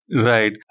Right